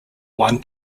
one